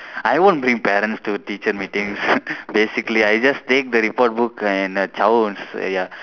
I won't bring parents to teacher meetings basically I just take the report book and uh chao ya